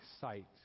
sight